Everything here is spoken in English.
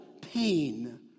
pain